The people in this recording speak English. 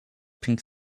pink